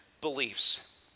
beliefs